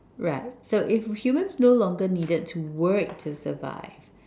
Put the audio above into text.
right so if humans no longer needed to work to survive